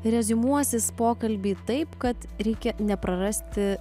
reziumuosis pokalbį taip kad reikia neprarasti